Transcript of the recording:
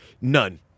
None